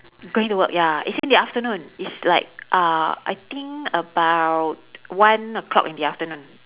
going to work ya it's in the afternoon it's like uh I think about one o'clock in the afternoon